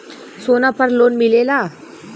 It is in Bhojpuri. सोना पर लोन मिलेला?